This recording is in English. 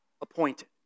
appointed